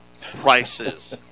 prices